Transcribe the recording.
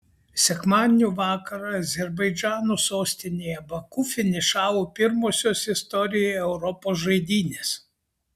sekmadienio vakarą azerbaidžano sostinėje baku finišavo pirmosios istorijoje europos žaidynės